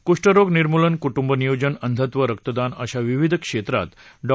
कृष्ठरोग निर्मुलन कुटुंब नियोजन अंधत्व रक्तदान अशा विविध क्षेत्रात डॉ